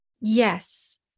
Yes